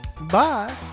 Bye